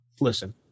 listen